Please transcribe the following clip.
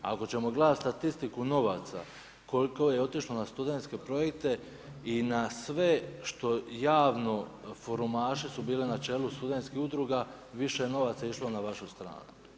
Ako ćemo gledati statistiku novaca koliko je otišlo na studentske projekte i na sve što javno forumaši su bili na čelu studentskih udruga, više je novaca išlo na vašu stranu.